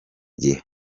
gihe